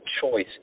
choice